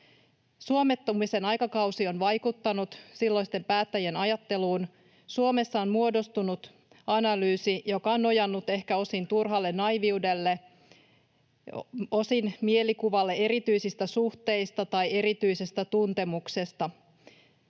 Suomettumisen aikakausi on vaikuttanut silloisten päättäjien ajatteluun. Suomessa on muodostunut analyysi, joka on nojannut ehkä osin turhalle naiiviudelle, osin mielikuvalle erityisistä suhteista tai erityisestä tuntemuksesta.